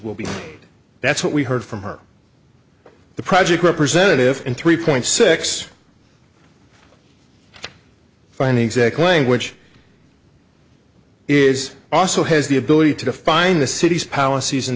will be that's what we heard from her the project representative in three point six find exact language is also has the ability to define the city's policies and